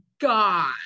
God